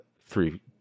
three